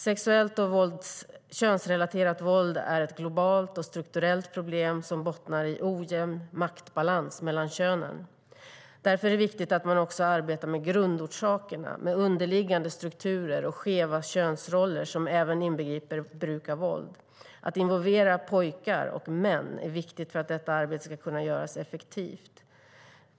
Sexuellt och könsrelaterat våld är ett globalt och strukturellt problem som bottnar i en ojämn maktbalans mellan könen. Därför är det viktigt att man också arbetar med grundorsakerna - underliggande strukturer och skeva könsroller som även inbegriper bruk av våld. Att involvera pojkar och män är viktigt för att detta arbete ska kunna göras effektivt.